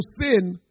sin